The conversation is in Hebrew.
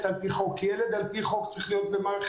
על פי חוק כי ילד על פי חוק צריך להיות במערכת